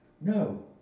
No